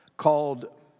called